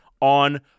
on